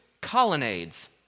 colonnades